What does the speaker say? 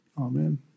Amen